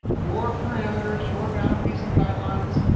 your parameters, your boundaries and guidelines.